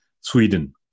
Sweden